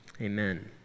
Amen